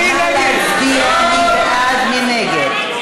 תצביעי נגד.